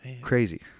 crazy